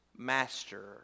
master